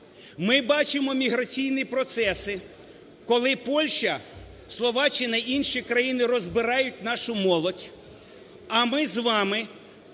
Ми бачимо міграційні процеси, коли Польща, Словаччина, інші країни розбирають нашу молодь, а ми з вами